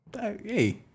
Hey